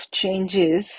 changes